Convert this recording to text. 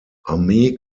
armee